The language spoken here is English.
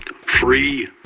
Free